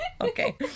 Okay